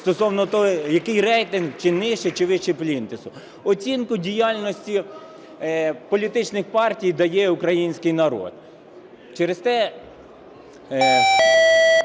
стосовно того, який рейтинг чи нижчий чи вищий плінтуса. Оцінку діяльності політичних партій дає український народ.